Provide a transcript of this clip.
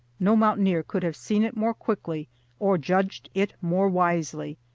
no mountaineer could have seen it more quickly or judged it more wisely,